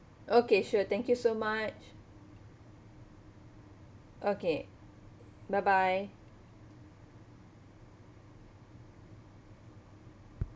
okay sure thank you so much okay bye bye